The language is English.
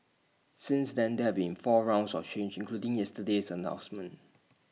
since then there have been four rounds of changes including yesterday's announcements